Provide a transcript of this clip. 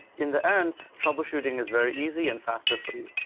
in the end, troubleshooting is very easy and faster for you.